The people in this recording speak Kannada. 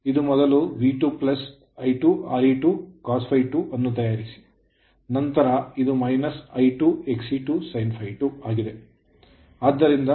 ಆದ್ದರಿಂದ ಇದು ಮೊದಲು V2 ಪ್ಲಸ್ I2Re2cos∅2ಅನ್ನು ತಯಾರಿಸ ನಂತರ ಇದು ಮೈನಸ್ I2Xe2sin ∅2